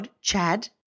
Chad